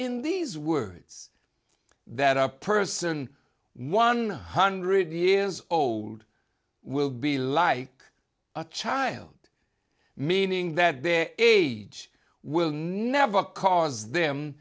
in these words that a person one hundred years old will be like a child meaning that their age will never cause them